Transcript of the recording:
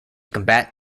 combat